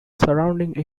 surrounding